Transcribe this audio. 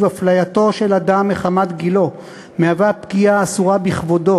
אפלייתו של אדם מחמת גילו מהווה פגיעה אסורה בכבודו.